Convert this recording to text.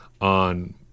on